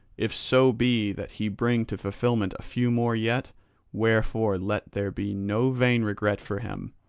if so be that he bring to fulfilment a few more yet wherefore let there be no vain regret for him.